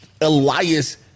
Elias